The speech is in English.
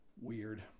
weird